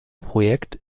projekt